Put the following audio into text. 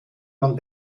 man